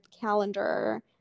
calendar